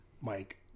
Mike